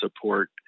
support